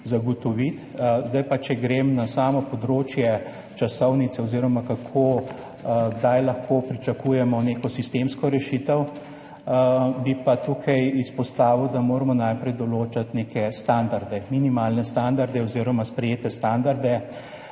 zagotoviti. Če grem na samo področje časovnice oziroma na to, kako, kdaj lahko pričakujemo neko sistemsko rešitev, bi pa tukaj izpostavil, da moramo najprej določiti neke standarde, minimalne standarde oziroma sprejete standarde